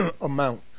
amount